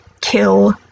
kill